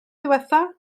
ddiwethaf